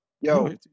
Yo